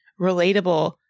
relatable